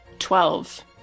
Twelve